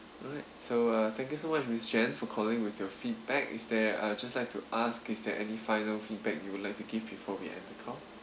alright so uh thank you so much miss chan for calling with your feedback is there uh I just like to ask is there any final feedback you would like to give before we end the call